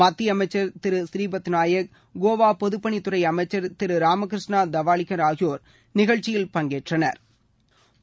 மத்திய அனமச்சர் திரு பழீபாத்நாயக் கோவா பொதுப்பணித் துறை அமைச்சர் திரு ராமகிருஷ்ணா தவாலிக்கா் ஆகியோா் நிகழ்ச்சியில் பங்கேற்றனா்